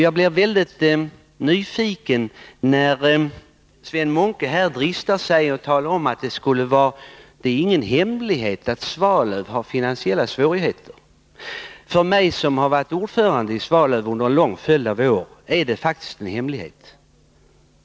Jag blev mycket nyfiken när Sven Munke här dristade sig till att tala om att det inte är någon hemlighet att Svalöf har finansiella svårigheter. För mig, som har varit ordförande i Svalöf under en lång följd av år, är det faktiskt en hemlighet.